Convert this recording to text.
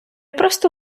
просто